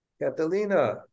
Catalina